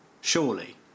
Surely